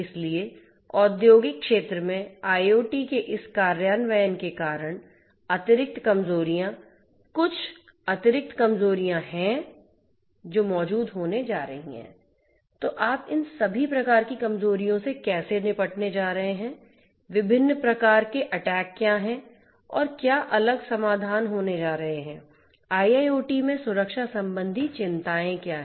इसलिए औद्योगिक क्षेत्र में IoT के इस कार्यान्वयन के कारण अतिरिक्त कमजोरियां कुछ अतिरिक्त कमजोरियां हैं जो मौजूदा होने जा रही हैं तो आप इन सभी प्रकार की कमजोरियों से कैसे निपटने जा रहे हैं विभिन्न प्रकार केअटैक क्या हैं और क्या अलग समाधान होने जा रहे हैं IIoT में सुरक्षा संबंधी चिंताएँ क्या हैं